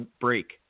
break